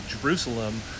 Jerusalem